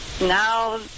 now